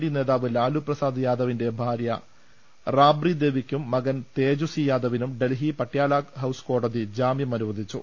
D നേതാവ് ലാലുപ്രസാദ് യാദവിന്റെ ഭാര്യ റാബ്രിദേവിയ്ക്കും മകൻ തേജസി യാദവിനും ഡൽഹി പട്യാല കോടതി ജാമ്യം അനുവദിച്ചു